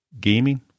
gaming